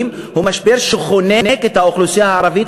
הוא משבר שחונק את האוכלוסייה הערבית,